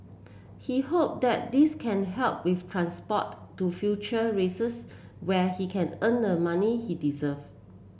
he hope that this can help with transport to future races where he can earn the money he deserve